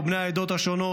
ובני העדות השונות,